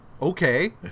okay